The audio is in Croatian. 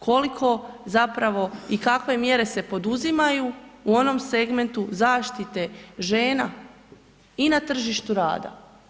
Koliko zapravo i kakve mjere se poduzimaju u onom segmentu zaštite žena i na tržištu rada?